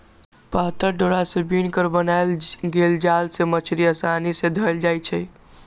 पातर डोरा से बिन क बनाएल गेल जाल से मछड़ी असानी से धएल जाइ छै